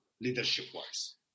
leadership-wise